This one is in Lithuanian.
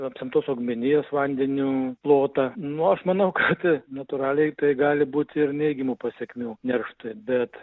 apsemtos augmenijos vandenių plotą nu aš manau kad natūraliai tai gali būti ir neigiamų pasekmių nerštui bet